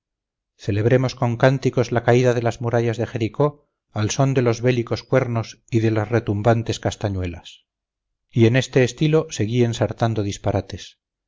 celebremos con cánticos la caída de las murallas de jericó al son de los bélicos cuernos y de las retumbantes castañuelas y en este estilo seguí ensartando disparates